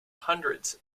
hundreds